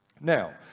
Now